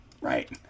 Right